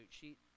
sheet